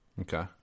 Okay